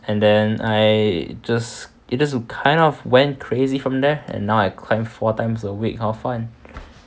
and then I just it just kind of went crazy from there and now I climb four times a week for fun